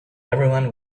everyone